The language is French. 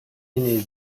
ainé